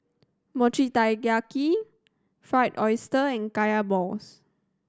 Mochi Taiyaki Fried Oyster and Kaya balls